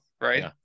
right